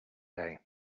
day